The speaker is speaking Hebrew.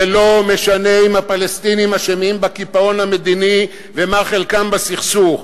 זה לא משנה אם הפלסטינים אשמים בקיפאון המדיני ומה חלקם בסכסוך.